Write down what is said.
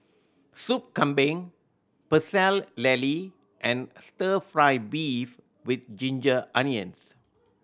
Sop Kambing Pecel Lele and Stir Fry beef with ginger onions